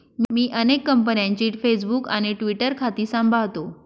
मी अनेक कंपन्यांची फेसबुक आणि ट्विटर खाती सांभाळतो